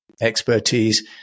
expertise